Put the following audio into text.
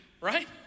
right